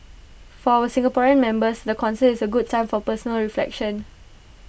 for our Singaporean members the concert is A good time for personal reflection